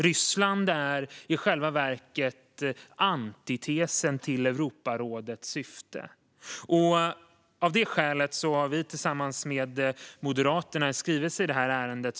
Ryssland är i själva verket antitesen till Europarådets syfte. Av det skälet har vi tillsammans med Moderaterna en skrivelse i det här ärendet.